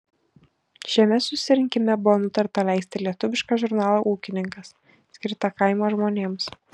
šiame susirinkime buvo nutarta leisti lietuvišką žurnalą ūkininkas skirtą kaimo žmonėms